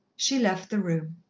she left the room.